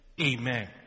Amen